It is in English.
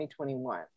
2021